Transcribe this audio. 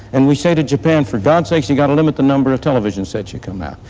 and we say to japan, for god sakes, you got to limit the number of television sets you come out.